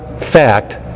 fact